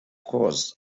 course